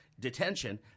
Detention